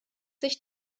sich